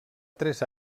tres